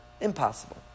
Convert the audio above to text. Impossible